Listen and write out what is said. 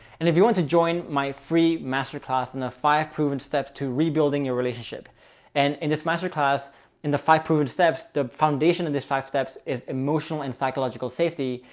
and if you want to join my free masterclass in the five proven steps to rebuilding your relationship and in this masterclass in the five proven steps, the foundation of this five steps is emotional and psychological safety,